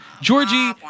Georgie